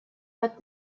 but